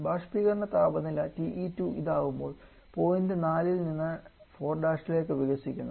ബാഷ്പീകരണ താപനില TE2 ഇതാകുമ്പോൾ പോയിൻറ് 4 ഇൽ നിന്ന് 4' ലേക്ക് വികസിക്കുന്നു